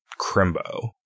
Crimbo